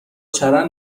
چرند